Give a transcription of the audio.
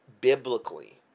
biblically